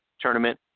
tournament